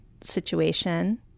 situation